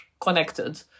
connected